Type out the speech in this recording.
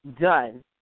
done